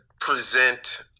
present